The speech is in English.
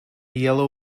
yellow